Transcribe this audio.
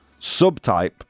subtype